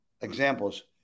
examples